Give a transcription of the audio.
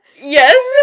Yes